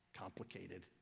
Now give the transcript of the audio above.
complicated